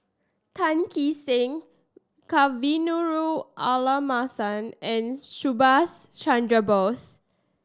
Tan Kee Sek Kavignareru Amallathasan and Subhas Chandra Bose